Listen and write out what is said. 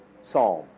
psalm